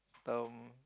term